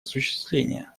осуществление